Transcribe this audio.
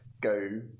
go